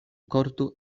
korto